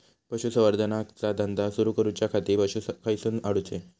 पशुसंवर्धन चा धंदा सुरू करूच्या खाती पशू खईसून हाडूचे?